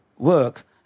work